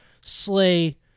Slay